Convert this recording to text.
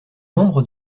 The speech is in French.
membre